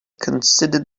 considered